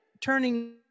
turning